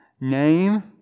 name